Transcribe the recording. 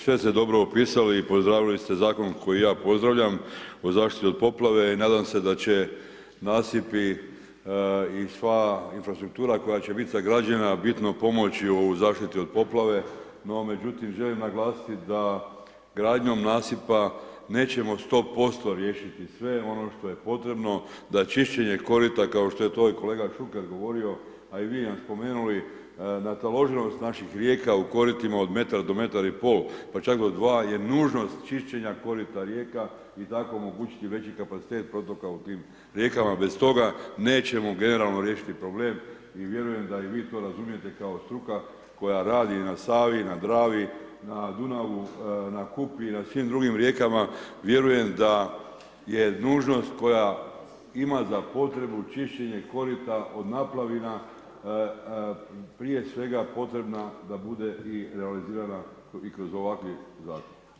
Sve ste dobro opisali i pozdravili ste Zakon, koji ja pozdravljam, o zaštiti od poplave i nadam se da će nasipi i sva infrastruktura koja će biti sagrađena, bit na pomoći u zaštiti od poplave, no međutim želim naglasiti da gradnjom nasipa nećemo 100% riješiti sve ono što je potrebno da čišćenje korita, kao što je to i kolega Šuker govorio, a i vi nam spomenuli, nataloženost naših rijeka u koritima od metar do metar i pol, pa čak i do 2, je nužnost čišćenja korita rijeka i tako omogućiti veći kapacitet protoka u tim rijekama, bez toga nećemo generalno riješiti problem, i vjerujem da i vi to razumijete kao struka koja radi na Savi, na Dravi, na Dunavu, na Kupi, i na svim drugim rijeka, vjerujem da je nužnost koja ima za potrebu čišćenje korita od naplavina, prije svega potrebna da bude i realizirana i kroz ovaki Zakon.